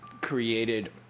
created